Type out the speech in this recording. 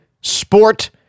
sport